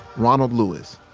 ronald lewis,